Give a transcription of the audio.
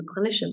clinicians